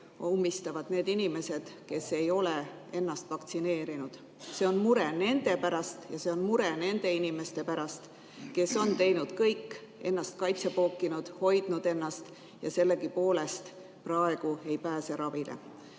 ummistavad need inimesed, kes ei ole lasknud ennast vaktsineerida. See on mure nende pärast ja see mure nende inimeste pärast, kes on teinud kõik: ennast kaitsepookinud, hoidnud ennast, aga sellegipoolest praegu ei pääse